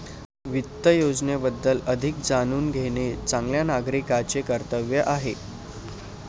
वित्त योजनेबद्दल अधिक जाणून घेणे चांगल्या नागरिकाचे कर्तव्य आहे